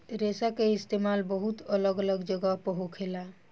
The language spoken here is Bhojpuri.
रेशा के इस्तेमाल बहुत अलग अलग जगह पर होखेला